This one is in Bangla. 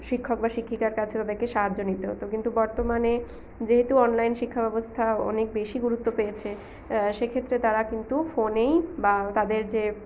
শিক্ষক বা শিক্ষিকার কাছে ওদেরকে সাহায্য নিতে হত কিন্তু বর্তমানে যেহেতু অনলাইন শিক্ষাব্যবস্থা অনেক বেশি গুরুত্ব পেয়েছে সেক্ষেত্রে তারা কিন্তু ফোনেই বা তাদের যে